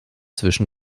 zwischen